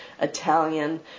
Italian